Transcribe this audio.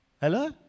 Hello